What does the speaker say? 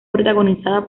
protagonizada